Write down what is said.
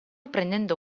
prendendo